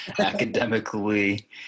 academically